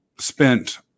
spent